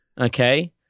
Okay